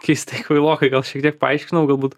keistai kvailokai gal šiek tiek paaiškinau galbūt